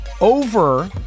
over